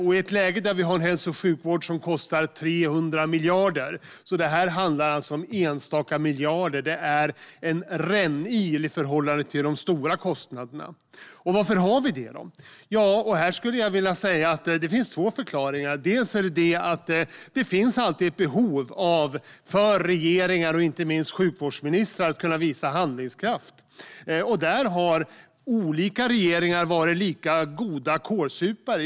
I ett läge där vi har en hälso och sjukvård som kostar 300 miljarder handlar detta alltså om enstaka miljarder - en rännil i förhållande till de stora kostnaderna. Varför har vi då dessa bidrag? Jag skulle vilja säga att det finns två förklaringar. Det finns alltid finns ett behov för regeringar och inte minst sjukvårdsministrar att kunna visa handlingskraft. Där har olika regeringar varit lika goda kålsupare.